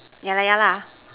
yeah lah yeah lah